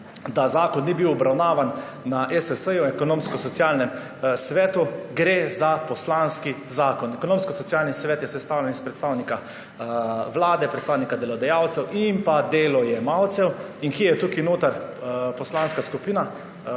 da zakon ni bil obravnavan na ESS, Ekonomsko-socialnem svetu – gre za poslanski zakon. Ekonomsko-socialni svet je sestavljen iz predstavnika Vlade, predstavnika delodajalcev in delojemalcev. In kje je tu notri poslanska skupina,